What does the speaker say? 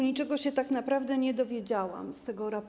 Niczego się tak naprawdę nie dowiedziałam z tego raportu.